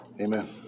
Amen